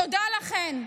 תודה לכם.